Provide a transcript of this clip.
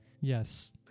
yes